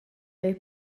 era